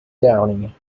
downy